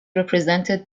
represented